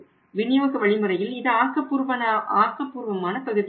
விநியோக வழிமுறையில் இது ஆக்கப்பூர்வமான பகுதியாகும்